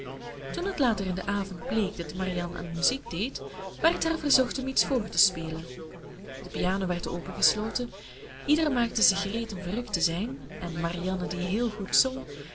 toen het later in den avond bleek dat marianne aan muziek deed werd haar verzocht om iets vr te spelen de piano werd opengesloten ieder maakte zich gereed om verrukt te zijn en marianne die heel goed zong